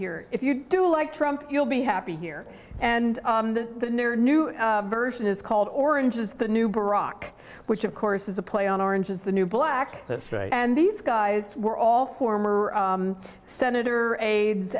here if you do like trump you'll be happy here and the near new version is called orange is the new brock which of course is a play on orange is the new black that's right and these guys were all former senator aid